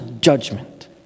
judgment